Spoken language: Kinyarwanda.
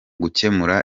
gukemura